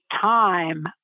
time